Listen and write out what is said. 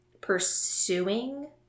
pursuing